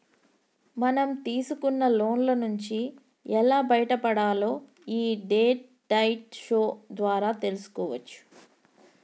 మనం తీసుకున్న లోన్ల నుంచి ఎలా బయటపడాలో యీ డెట్ డైట్ షో ద్వారా తెల్సుకోవచ్చు